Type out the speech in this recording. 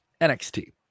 nxt